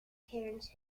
terence